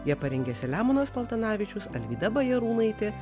ją parengė selemonas paltanavičius alvyda bajarūnaitė